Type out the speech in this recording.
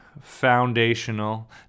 foundational